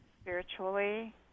spiritually